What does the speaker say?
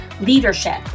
leadership